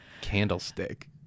candlestick